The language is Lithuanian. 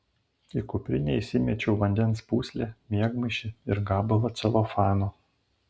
į kuprinę įsimečiau vandens pūslę miegmaišį ir gabalą celofano